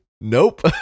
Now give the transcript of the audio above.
Nope